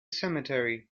cemetery